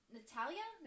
Natalia